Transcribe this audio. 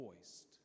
voiced